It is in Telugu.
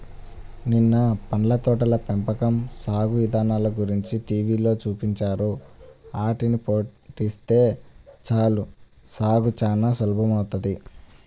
నిన్న పళ్ళ తోటల పెంపకం సాగు ఇదానల గురించి టీవీలో చూపించారు, ఆటిని పాటిస్తే చాలు సాగు చానా సులభమౌతది